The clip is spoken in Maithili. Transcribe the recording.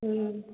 हँ